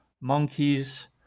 monkeys